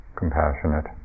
compassionate